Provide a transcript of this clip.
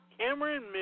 Cameron